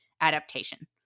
adaptation